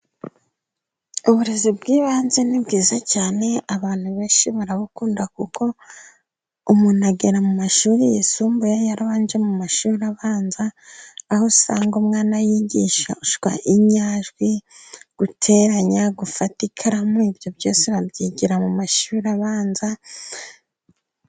Uburezi bw'ibanze ni bwiza cyane, abantu benshi barabukunda kuko umuntu agera mu mashuri yisumbuye yarabanje mu mashuri abanza, aho usanga umwana yigishwa inyajwi, guteranya, gufata ikaramu, ibyo byose babyigira mu mashuri abanza,..